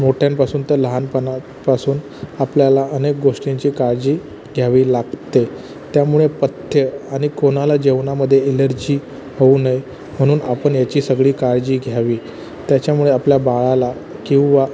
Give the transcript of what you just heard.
मोठ्यांपासून तर लहानपणापासून आपल्याला अनेक गोष्टींची काळजी घ्यावी लागते त्यामुळे पथ्य आणि कोणाला जेवणामध्ये एलर्जी होऊ नये म्हणून आपण याची सगळी काळजी घ्यावी त्याच्यामुळे आपल्या बाळाला किंवा